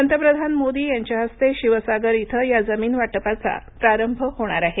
पंतप्रधान मोदी यांच्या हस्ते शिवसागर इथं या जमीन वाटपाचा प्रारंभ होणार आहे